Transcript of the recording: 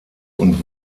und